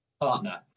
partner